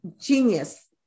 genius